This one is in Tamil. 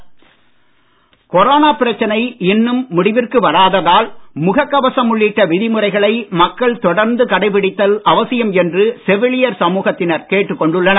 ஜன் அந்தோலன் கொரோனா பிரச்சனை இன்னும் முடிவிற்கு வராததால் முகக் கவசம் உள்ளிட்ட விதிமுறைகளை மக்கள் தொடர்ந்து கடைபிடித்தல் அவசியம் என்று செவிலியர் சமுகத்தினர் கேட்டுக் கொண்டுள்ளனர்